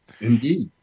Indeed